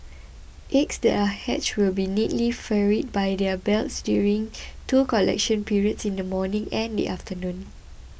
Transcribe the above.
eggs that are hatched will be neatly ferried by their belts during two collection periods in the morning and the afternoon